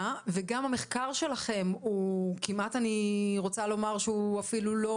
וגם המחקר שלכם הוא כמעט אני רוצה לומר שהוא אפילו לא